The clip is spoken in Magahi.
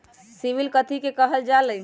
सिबिल कथि के काहल जा लई?